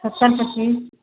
छप्पन पच्चीस